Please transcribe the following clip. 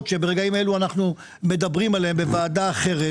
שברגעים אלה אנחנו מדברים עליהן בוועדה אחרת,